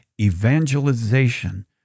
evangelization